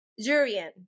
Jurian